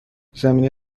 زمینه